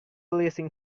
listen